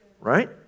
right